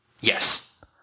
Yes